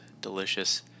delicious